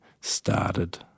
started